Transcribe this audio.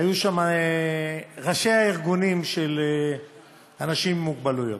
והיו שם ראשי הארגונים של אנשים עם מוגבלויות,